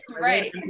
right